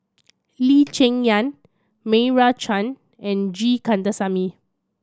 Lee Cheng Yan Meira Chand and G Kandasamy